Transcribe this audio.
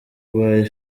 urwaye